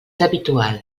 habitual